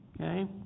Okay